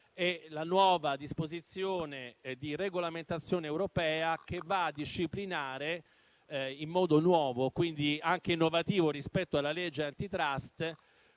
della nuova disposizione di regolamentazione europea che va a disciplinare in modo nuovo, quindi anche innovativo rispetto alla legge *antitrust*,